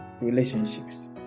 relationships